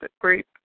group